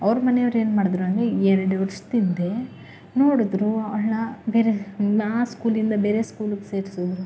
ಅವ್ರ ಮನೇವ್ರು ಏನ್ಮಾಡೋದ್ರು ಅಂದರೆ ಎರ್ಡು ವರ್ಷದಿಂದೆ ನೋಡಿದ್ರು ಅವ್ಳನ್ನ ಬೇರೆ ಆ ಸ್ಕೂಲಿಂದ ಬೇರೆ ಸ್ಕೂಲಿಗೆ ಸೇರ್ಸಿದ್ರು